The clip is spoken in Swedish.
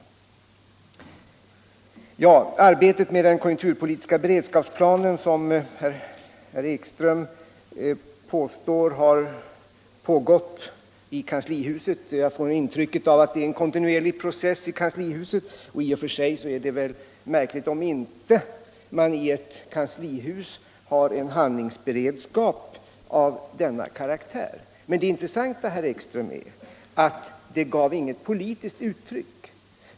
Herr Ekström talar om det arbete med den konjunkturpolitiska beredskapsplanen som har pågått i kanslihuset — jag fick intrycket att det är en kontinuerlig process som pågår där. I och för sig vore det väl märkligt om man inte i ett kanslihus hade en handlingsberedskap av denna karaktär. Men det intressanta är, herr Ekström, att den inte tog sig något politiskt uttryck.